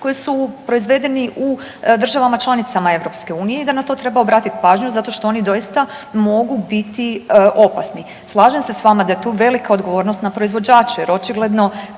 koji su proizvedeni u državama članicama EU i da na to treba obratiti pažnju zato što oni doista mogu biti opasni. Slažem se s vama da je tu velika odgovornost na proizvođaču jer očigledno